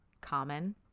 common